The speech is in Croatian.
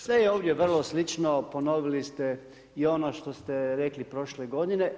Sve je ovdje vrlo slično, ponovili ste i ono što ste rekli prošle godine.